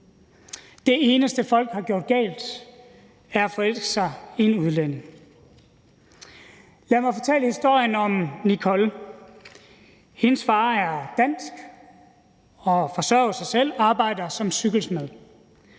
Det eneste, folk har gjort galt, er at forelske sig i en udlænding. Lad mig fortælle historien om Nicole. Hendes far er dansk og forsørger sig selv; han arbejder som cykelsmed.